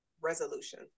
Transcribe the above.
resolution